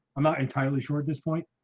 i'm not entirely sure at this point.